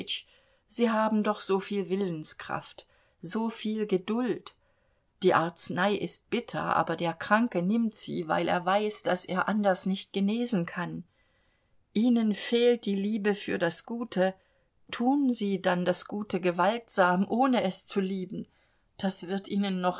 sie haben doch soviel willenskraft soviel geduld die arznei ist bitter aber der kranke nimmt sie weil er weiß daß er anders nicht genesen kann ihnen fehlt die liebe für das gute tun sie dann das gute gewaltsam ohne es zu lieben das wird ihnen